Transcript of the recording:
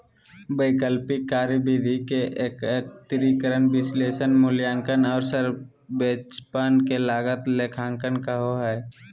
वैकल्पिक कार्यविधि के एकत्रीकरण, विश्लेषण, मूल्यांकन औरो संक्षेपण के लागत लेखांकन कहो हइ